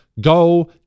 Go